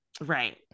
Right